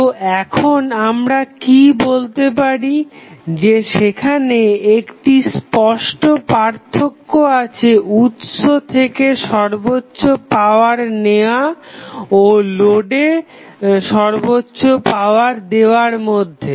তো এখন আমরা কি বলতে পারি যে সেখানে একটি স্পষ্ট পার্থক্য আছে উৎস থেকে সর্বোচ্চ পাওয়ার নেওয়া ও লোডে সর্বোচ্চ পাওয়ার দেওয়ার মধ্যে